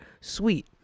Sweet